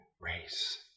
race